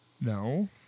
No